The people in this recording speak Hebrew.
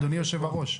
אדוני היושב-ראש.